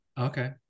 Okay